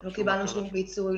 לא קיבלנו שום פיצוי,